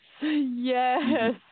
Yes